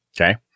Okay